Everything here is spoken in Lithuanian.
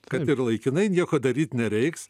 kad ir laikinai nieko daryt nereiks